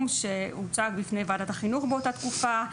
שהוצג בפניי וועדת החינוך באותה תקופה,